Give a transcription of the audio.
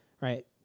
right